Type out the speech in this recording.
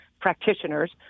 practitioners